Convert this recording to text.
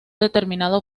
determinado